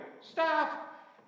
Stop